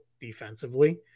defensively